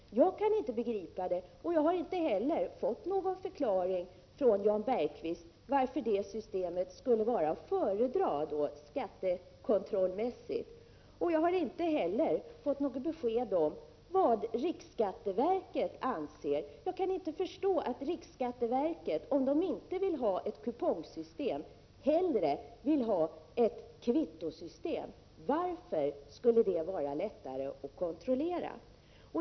Jag kan inte begripa det, och jag har inte heller fått någon förklaring från Jan Bergqvist varför det systemet skulle vara att föredra skattekontrollmässigt. Jag har inte heller fått något besked om vad riksskatteverket anser. Jag kan inte förstå att riksskatteverket — om verket inte vill ha ett kupongsystem — hellre vill ha ett kvittosystem. Varför skulle det vara lättare att kontrollera?